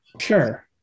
Sure